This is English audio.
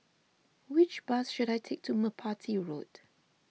which bus should I take to Merpati Road